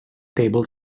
table